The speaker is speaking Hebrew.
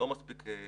מספיק מוגדר.